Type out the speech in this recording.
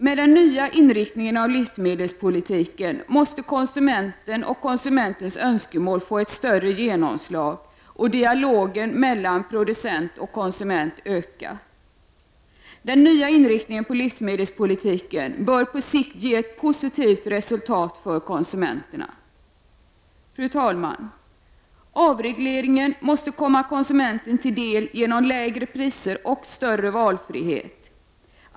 Med den nya inriktningen av livsmedelspolitiken måste konsumenten och konsumentens önskemål få större genomslag och dialogen mellan producent och konsument öka. Den nya inriktningen på livsmedelspolitiken bör på sikt ge ett positivt resultatet för konsumenterna. Fru talman! Avregleringen måste komma konsumenten till del genom lägre priser och större valfrihet.